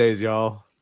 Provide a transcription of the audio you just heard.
y'all